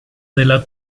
della